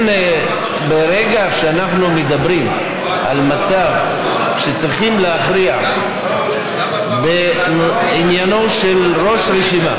ברגע שאנחנו מדברים על מצב שצריכים להכריע בעניינו של ראש רשימה,